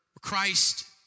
Christ